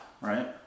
right